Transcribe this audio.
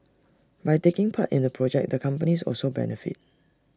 by taking part in the project the companies also benefit